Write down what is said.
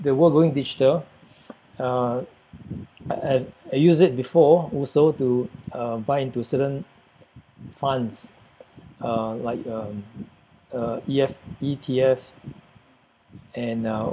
the world's going digital uh but I I use it before also to uh buy into certain funds uh like um uh E_F E_T_F and uh